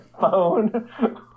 phone